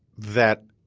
that